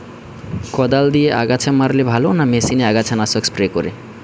কদাল দিয়ে আগাছা মারলে ভালো না মেশিনে আগাছা নাশক স্প্রে করে?